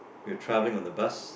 we were travelling on the bus